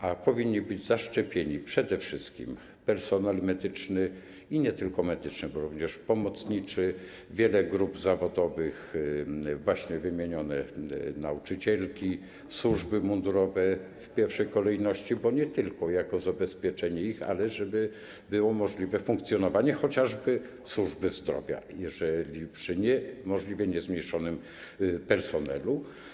A powinni być zaszczepieni przede wszystkim: personel medyczny i nie tylko medyczny, bo również pomocniczy, wiele grup zawodowych, właśnie wymienione nauczycielki, służby mundurowe w pierwszej kolejności, bo chodzi nie tylko o zabezpieczenie ich, ale o to, żeby było możliwe funkcjonowanie chociażby służby zdrowia przy możliwie niezmniejszonym personelu.